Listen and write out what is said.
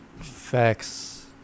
Facts